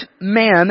man